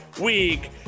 week